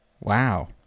Wow